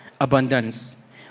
abundance